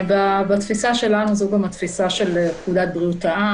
בתפיסה שלנו, זו גם התפיסה של פקודת בריאות העם.